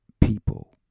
people